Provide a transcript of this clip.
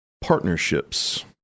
partnerships